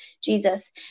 Jesus